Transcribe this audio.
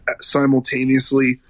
simultaneously